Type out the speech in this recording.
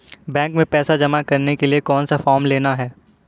Bank में पैसा जमा करने के लिए कौन सा फॉर्म लेना है?